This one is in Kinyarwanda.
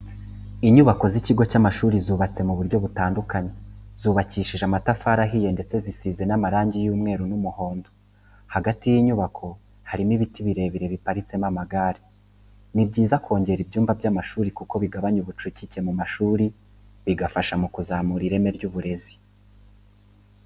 Inyubako z'ikigo y'amashuri zubatse mu buryo butandukanye, zubakishije amatafari ahiye ndetse zisize n'amarangi y'umweru n'umuhondo, hagati y'inyubako harimo ibiti birebire biparitsemo amagare. Ni byiza kongera ibyumba by'amashuri kuko bigabanya ubucucike mu mashuri bigafasha mu kuzamura ireme ry'uburezi.